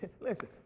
Listen